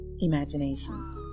imagination